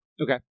Okay